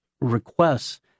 requests